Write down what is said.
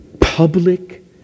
public